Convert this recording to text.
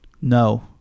No